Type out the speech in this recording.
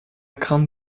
craindre